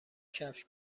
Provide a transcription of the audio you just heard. کفش